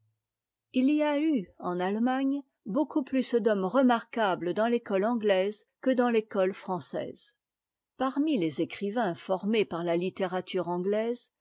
i y a eu en allemagne beaucoup plus d'hommes remarquables dans l'école anglaise que dans l'école française parmi les écrivains formés par la littérature anglaisé